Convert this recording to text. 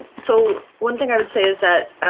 so one thing i would say is that